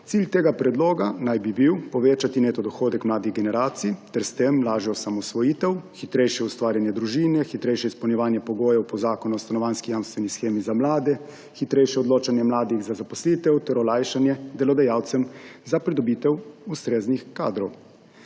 Cilj tega predloga naj bi bil povečati neto dohodek mladih generacij ter s tem lažjo osamosvojitev, hitrejše ustvarjanje družine, hitrejše izpolnjevanje pogojev po Zakonu o stanovanjski jamstveni shemi za mlade, hitrejše odločanje mladih za zaposlitev ter olajšanje delodajalcem za pridobitev ustreznih kadrov.